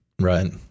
Right